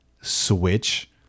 switch